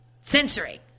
censoring